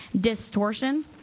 distortion